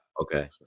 Okay